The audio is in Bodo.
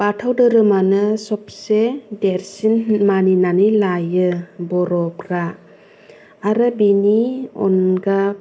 बाथौ दोहोरोमानो सबसे देरसिन मानिनानै लायो बर'फ्रा आरो बिनि अनगा